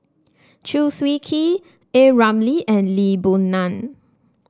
Chew Swee Kee A Ramli and Lee Boon Ngan